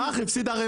ברח, הפסיד ערמות.